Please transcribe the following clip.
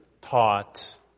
taught